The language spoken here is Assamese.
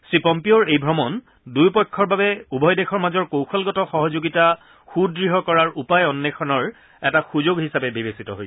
শ্ৰীপম্মিঅ'ৰ এই ভ্ৰমণ দুয়ো পক্ষৰ বাবে উভয় দেশৰ মাজৰ কৌশলগত সহযোগিতা সুদঢ় কৰাৰ উপায় অন্বেষণৰ এটা সুযোগ হিচাবে বিবেচিত হৈছে